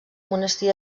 monestir